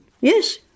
Yes